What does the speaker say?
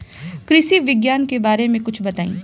कृषि विज्ञान के बारे में कुछ बताई